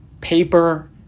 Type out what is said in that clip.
paper